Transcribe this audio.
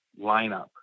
lineup